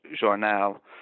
journal